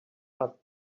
but